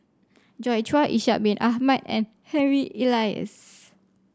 Joi Chua Ishak Bin Ahmad and Harry Elias